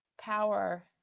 power